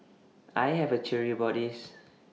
I have A theory about this